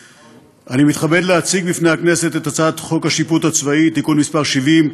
אני מתכבד להציג בפני הכנסת את הצעת חוק השיפוט הצבאי (תיקון מס' 70),